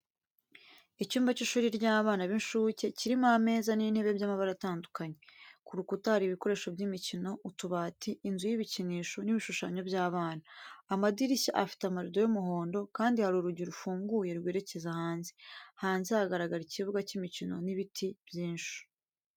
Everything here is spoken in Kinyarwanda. Icyumba cy'ishuri ry’abana b'inshuke kirimo ameza n'intebe by'amabara atandukanye. Ku rukuta hari ibikoresho by'imikino, utubati, inzu y’ibikinisho n'ibishushanyo by'abana. Amadirishya afite amarido y'umuhondo kandi hari urugi rufunguye rwerekeza hanze. Hanze hagaragara ikibuga k'imikino n'ibiti byinshi.